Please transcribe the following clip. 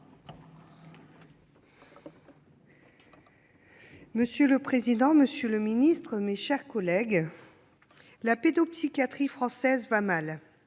Monsieur le président, monsieur le secrétaire d'État, mes chers collègues, la pédopsychiatrie française va mal.